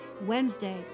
Wednesday